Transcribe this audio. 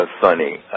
funny